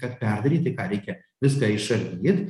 kad perdaryt tai ką reikia viską išardyt